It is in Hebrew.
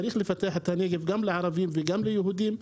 צריך לפתח את הנגב גם לערבים וגם ליהודים.